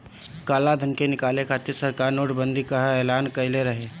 कालाधन के निकाले खातिर सरकार नोट बंदी कअ एलान कईले रहे